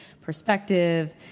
perspective